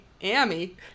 amy